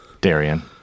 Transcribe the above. Darian